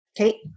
Okay